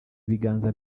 ibiganza